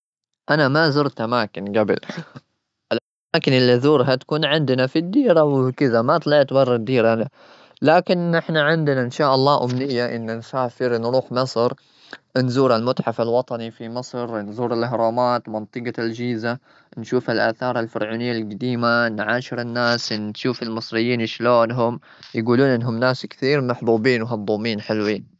أنا ما زرت أماكن جبل، الأماكن اللي أزورها تكون عندنا في الديرة وكذا. ما طلعت برا الديرة أنا. لكن نحنا عندنا إن شاء الله أمنية، إنا نسافر نروح مصر. نزور المتحف الوطني في مصر، نزور الأهرامات، منطقة الجيزة نشوف الآثار الفرعونية الجديمة. نعاشر الناس، نشوف المصريين شلونهم. يجولون إنهم ناس كثير محبوبين وهضومين حلوين.